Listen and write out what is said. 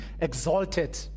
exalted